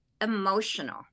emotional